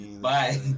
Bye